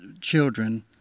children